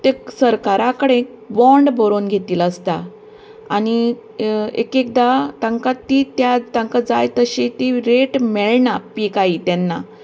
ते सरकारां कडेन बॉन्ड बरोवन घेतिल्लो आसता आनी एक एकदां तांकां ती त्या तांका जाय तशीं ती रेट मेळना पीक आयिल्ले तेन्नां